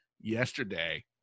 Yesterday